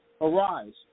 arise